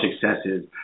successes